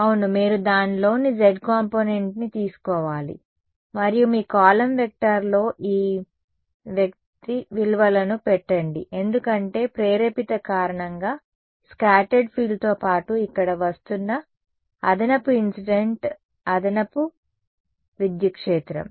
అవును మీరు దానిలోని z కాంపోనెంట్ని తీసుకోవాలి మరియు మీ కాలమ్ వెక్టార్లో ఈ వ్యక్తి విలువలను పెట్టండి ఎందుకంటే ప్రేరేపిత కారణంగా స్కాటర్డ్ ఫీల్డ్తో పాటు ఇక్కడ వస్తున్న అదనపు ఇన్సిడెంట్ అదనపు విద్యుత్ క్షేత్రం